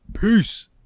Peace